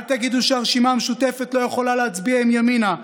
אל תגידו שהרשימה המשותפת לא יכולה להצביע עם ימינה,